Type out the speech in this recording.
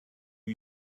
you